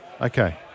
Okay